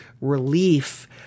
relief